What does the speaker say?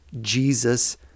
Jesus